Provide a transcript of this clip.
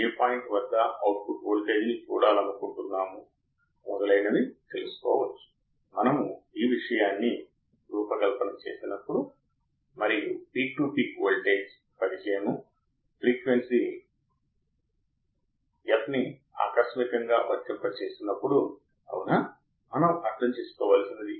కాబట్టి output Vin కంటే ఎక్కువగా ఉంటే అవుట్పుట్ ప్రతికూలంగా మారుతుంది అంటే అవుట్పుట్ ప్రతికూల ఫలితానికి దారి తీస్తుంది అవుట్పుట్ వేగంగా తనని తాను బలవంతంగా Vin కి ఖచ్ఛితంగా సమానం చేసుకుంటుంది